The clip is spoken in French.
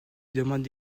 demande